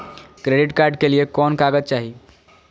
Credit card के लिए कौन कागज चाही?